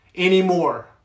anymore